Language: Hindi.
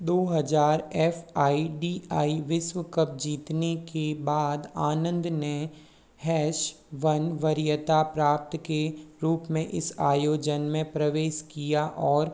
दो हज़ार एफ आई डी आई विश्व कप जीतने के बाद आनंद ने हैश वन वरीयता प्राप्त के रूप में इस आयोजन में प्रवेश किया और